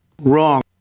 Wrong